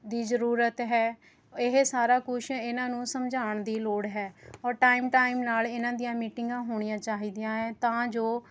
ਦੀ ਜ਼ੂਰਰਤ ਹੈ ਇਹ ਸਾਰਾ ਕੁਛ ਇਹਨਾਂ ਨੂੰ ਸਮਝਾਉਣ ਦੀ ਲੋੜ ਹੈ ਔਰ ਟਾਈਮ ਟਾਈਮ ਨਾਲ ਇਹਨਾਂ ਦੀਆਂ ਮੀਟਿੰਗਾਂ ਹੋਣੀਆਂ ਚਾਹੀਦੀਆਂ ਹੈ ਤਾਂ ਜੋ